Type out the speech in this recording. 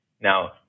Now